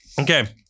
Okay